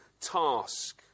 task